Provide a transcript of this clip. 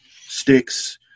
sticks